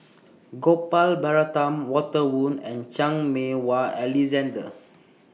Gopal Baratham Walter Woon and Chan Meng Wah Alexander